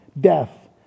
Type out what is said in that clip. death